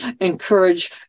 encourage